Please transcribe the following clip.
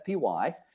SPY